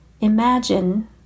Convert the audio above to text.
imagine